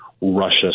Russia